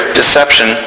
deception